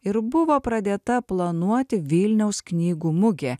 ir buvo pradėta planuoti vilniaus knygų mugė